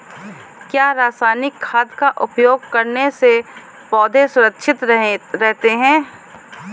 क्या रसायनिक खाद का उपयोग करने से पौधे सुरक्षित रहते हैं?